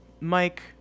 Mike